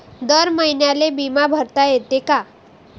दर महिन्याले बिमा भरता येते का?